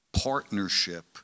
partnership